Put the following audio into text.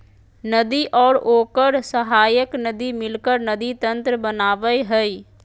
नदी और ओकर सहायक नदी मिलकर नदी तंत्र बनावय हइ